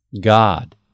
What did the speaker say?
God